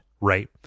right